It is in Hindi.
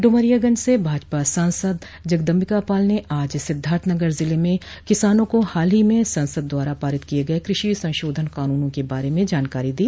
ड्रमरियागंज से भाजपा सांसद जगदम्बिका पाल ने आज सिद्वार्थनगर जिले में किसानों को हाल ही में संसद द्वारा पारित किये गये कृषि संशोधन कानूनों के बारे में जानकारी दी